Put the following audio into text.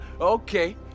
Okay